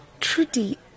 Trudy